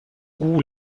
kuu